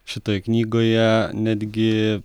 šitoje knygoje netgi